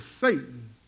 Satan